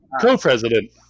Co-president